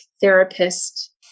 therapist